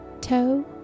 toe